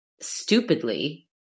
stupidly